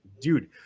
dude